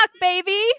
baby